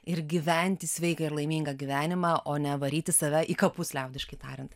ir gyventi sveiką ir laimingą gyvenimą o ne varyti save į kapus liaudiškai tariant